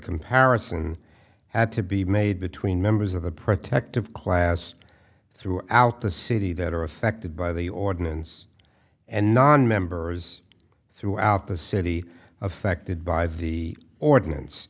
comparison had to be made between members of the protective class throughout the city that are affected by the ordinance and nonmembers throughout the city affected by the ordinance